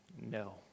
no